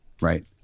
right